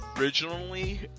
originally